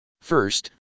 First